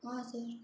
वहाँ से